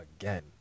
again